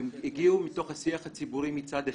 הגיעו מתוך השיח הציבורי מצד אחד,